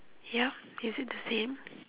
yup is it the same